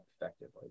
effectively